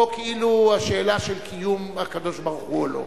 או כאילו השאלה של קיום הקדוש-ברוך-הוא או לא.